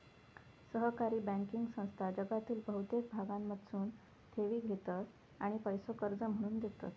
सहकारी बँकिंग संस्था जगातील बहुतेक भागांमधसून ठेवी घेतत आणि पैसो कर्ज म्हणून देतत